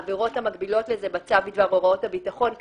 העבירות המקבילות לזה בצו בדבר הוראות הביטחון,